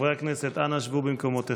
חברי הכנסת, אנא שבו במקומותיכם.